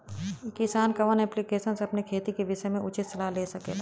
किसान कवन ऐप्लिकेशन से अपने खेती के विषय मे उचित सलाह ले सकेला?